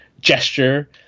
gesture